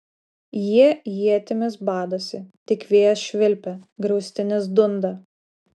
jie ietimis badosi tik vėjas švilpia griaustinis dunda